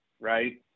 right